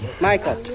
Michael